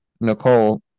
Nicole